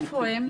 איפה הם?